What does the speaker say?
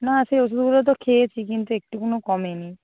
না সেই ওষুধগুলো তো খেয়েছি কিন্তু একটুকুও কমে নি